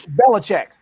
Belichick